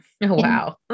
Wow